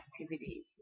activities